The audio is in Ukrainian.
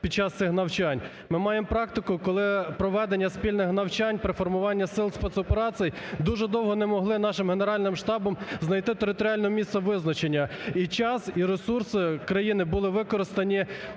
Ми маємо практику, коли проведення спільних навчань при формуванні сил спецоперацій дуже довго не могли нашим Генеральним штабом знайти територіально місце визначення, і час, і ресурси країни були використані…